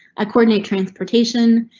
a coordinate transportation,